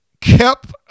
kept